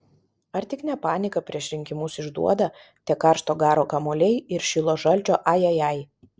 ar tik ne paniką prieš rinkimus išduoda tie karšto garo kamuoliai ir šilo žalčio ajajai